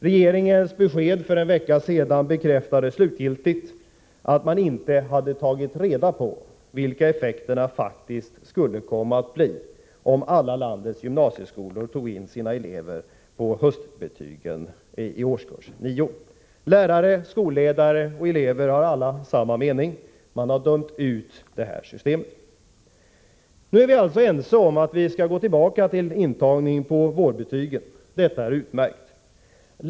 Regeringens besked för en vecka sedan bekräftar slutgiltigt att man inte hade tagit reda på vilka effekterna faktiskt skulle komma att bli, om landets alla gymnasieskolor tog in sina elever på höstterminsbetygen från årskurs 9. Lärare, skolledare och elever har alla samma mening; man har dömt ut det här systemet. Nu är vi alltså ense om att vi skall gå tillbaka till intagning på vårbetygen. Detta är utmärkt.